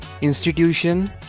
institution